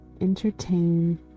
entertain